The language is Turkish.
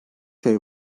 şey